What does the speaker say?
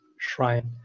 shrine